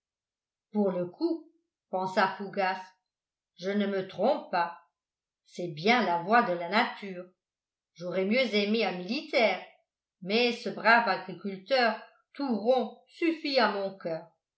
pour le coup pensa fougas je ne me trompe pas c'est bien la voix de la nature j'aurais mieux aimé un militaire mais ce brave agriculteur tout rond suffit à mon coeur